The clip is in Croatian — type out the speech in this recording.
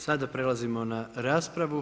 Sada prelazimo na raspravu.